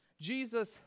Jesus